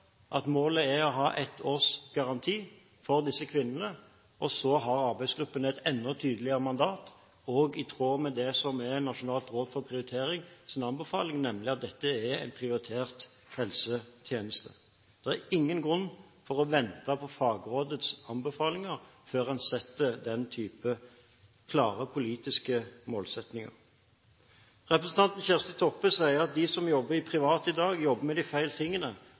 at målet er å ha et års garanti for disse kvinnene, og så har arbeidsgruppen et enda tydeligere mandat, også i tråd med det som er anbefalingen til Nasjonalt råd for kvalitet og prioritering, nemlig at dette er en prioritert helsetjeneste. Det er ingen grunn til å vente på fagrådets anbefalinger før en setter den type klare politiske mål. Representanten Kjersti Toppe sier at de som jobber i privat virksomhet i dag, jobber med